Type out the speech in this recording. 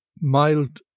mild